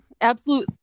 absolute